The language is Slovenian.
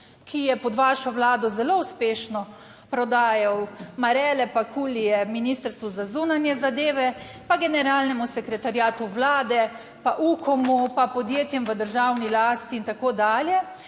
ki je pod vašo vlado zelo uspešno prodajal marele pa kulije ministrstvu za zunanje zadeve, pa generalnemu sekretariatu vlade, pa Ukomu, pa podjetjem v državni lasti in tako dalje.